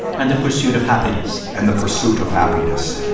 and the pursuit of happiness and the pursuit of happiness